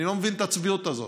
אני לא מבין את הצביעות הזאת.